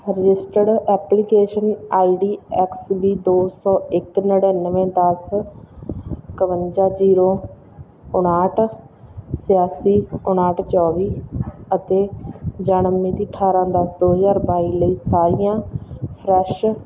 registered application I D X B ਦੋ ਸੌ ਇੱਕ ਨੜ੍ਹਿਨਵੇਂ ਦਸ ਇਕਵੰਜਾ ਜ਼ੀਰੋ ਉਣਾਹਠ ਛਿਆਸੀ ਉਣਾਹਠ ਚੌਵੀ ਅਤੇ ਜਨਮ ਮਿਤੀ ਅਠਾਰ੍ਹਾਂ ਦਸ ਦੋ ਹਜ਼ਾਰ ਬਾਈ ਲਈ ਸਾਰੀਆਂ ਫਰੈਸ਼